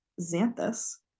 Xanthus